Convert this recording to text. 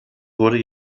wurde